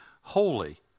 holy